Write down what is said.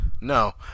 No